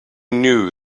knew